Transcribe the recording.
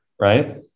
right